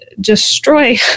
destroy